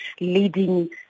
leading